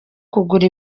kugura